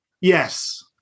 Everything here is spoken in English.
Yes